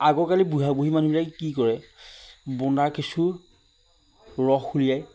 আগৰ কালিৰ বুঢ়া বুঢ়ী মানুহবিলাকে কি কৰে বোন্দা কেঁচুৰ ৰস উলিয়াই